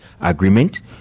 agreement